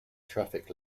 traffic